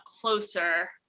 closer